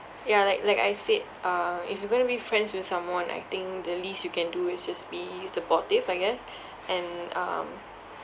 ya like like I said uh if you going to be friends with someone I think the least you can do is just be supportive I guess and um